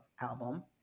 album